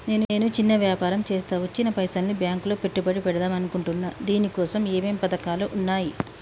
నేను చిన్న వ్యాపారం చేస్తా వచ్చిన పైసల్ని బ్యాంకులో పెట్టుబడి పెడదాం అనుకుంటున్నా దీనికోసం ఏమేం పథకాలు ఉన్నాయ్?